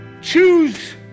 Choose